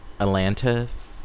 Atlantis